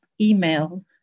email